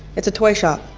it's a toy shop.